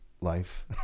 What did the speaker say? life